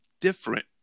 different